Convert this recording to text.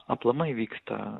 aplamai vyksta